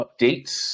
updates